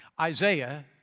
Isaiah